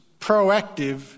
proactive